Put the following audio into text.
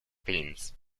finns